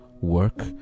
work